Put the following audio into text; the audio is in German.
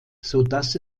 sodass